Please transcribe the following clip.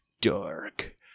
Dark